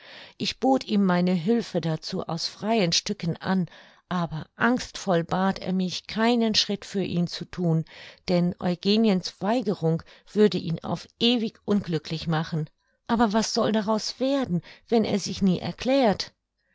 ich bot ihm meine hülfe dazu aus freien stücken an aber angstvoll bat er mich keine schritte für ihn zu thun denn eugeniens weigerung würde ihn auf ewig unglücklich machen aber was soll daraus werden wenn er sich nie erklärt